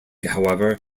however